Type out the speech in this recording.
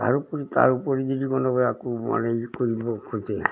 তাৰোপৰি তাৰোপৰি যদি কোনোবা কৰিব খোজে